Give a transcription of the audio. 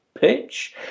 pitch